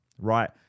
right